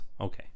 okay